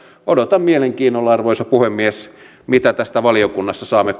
odotan mielenkiinnolla arvoisa puhemies mitä tästä valiokunnassa saamme